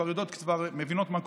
שכבר מבינות מה קורה: